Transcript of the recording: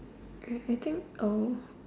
and I think er